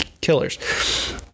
killers